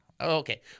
Okay